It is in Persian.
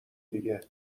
دیگه